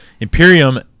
Imperium